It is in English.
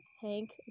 Hank